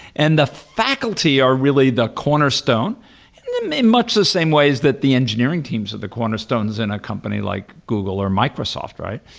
and the faculty are really the cornerstone in much the same ways that the engineering teams are the cornerstones in a company like google or microsoft, right?